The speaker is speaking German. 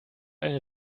eine